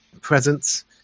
presence